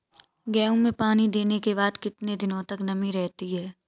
गेहूँ में पानी देने के बाद कितने दिनो तक नमी रहती है?